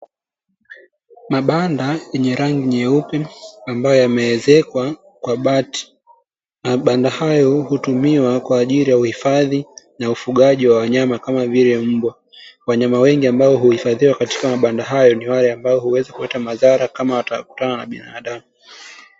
Mabanda yenye rangi nyeupe ambayo yameezekwa kwa bati. Mabanda hayo hutumiwa kwa ajili ya uhifadhi na ufugaji wa wanyama kama vile mbwa. Wanyama wengi ambao huifadhiwa katika mabanda hayo ni wale ambao huwezi pata madhara kama watakutana na binadamu.